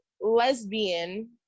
lesbian